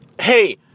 hey